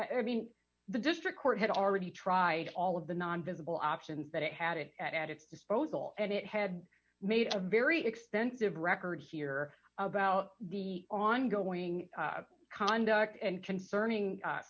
i mean the district court had already tried all of the non visible options that it had at its disposal and it had made a very extensive record here about the ongoing conduct and concerning